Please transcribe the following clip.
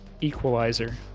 Equalizer